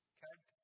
Okay